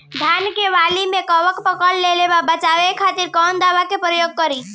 धान के वाली में कवक पकड़ लेले बा बचाव खातिर कोवन दावा के प्रयोग करी?